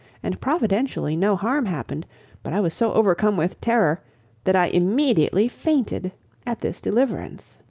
and providentially no harm happened but i was so overcome with terror that i immediately fainted at this deliverance.